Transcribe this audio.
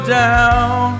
down